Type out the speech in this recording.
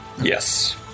Yes